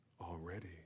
already